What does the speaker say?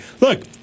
look